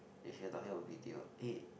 if you're talking about b_t_o mm